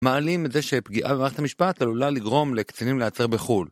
מעלים את זה שפגיעה במערכת המשפט עלולה לגרום לקצינים להיעצר בחו"ל.